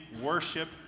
worship